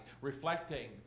reflecting